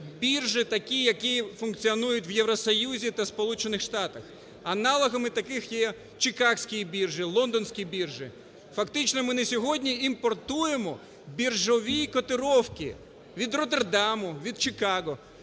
біржі такі, які функціонують в Євросоюзі та Сполучених Штатах. Аналогами таких є чиказькі біржі, лондонські біржі. Фактично ми на сьогодні імпортуємо біржові котировки від Роттердаму, від Чикаго.